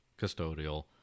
custodial